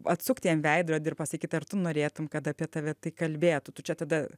atsukt jam veidrodį ir pasakyt ar tu norėtum kad apie tave tai kalbėtų tu čia tada